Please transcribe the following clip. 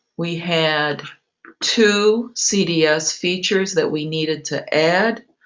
we had two cds features that we needed to add,